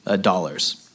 dollars